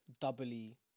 doubly